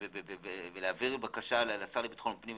ולהעביר בקשה לשר לביטחון פנים,